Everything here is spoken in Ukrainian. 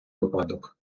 випадок